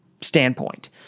standpoint